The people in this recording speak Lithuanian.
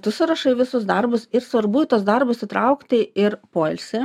tu surašai visus darbus ir svarbu tuos darbus įtraukti ir poilsį